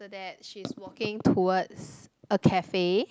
that she's walking towards a cafe